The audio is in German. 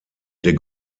der